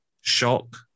shock